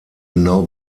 genau